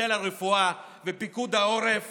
וחיל הרפואה ופיקוד העורף